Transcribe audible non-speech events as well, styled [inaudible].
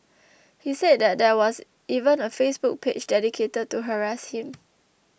[noise] he said that there was even a Facebook page dedicated to harass him